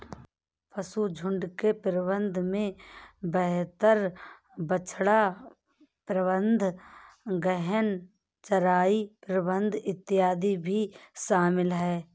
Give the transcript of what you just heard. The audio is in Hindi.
पशुझुण्ड के प्रबंधन में बेहतर बछड़ा प्रबंधन, गहन चराई प्रबंधन इत्यादि भी शामिल है